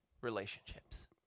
relationships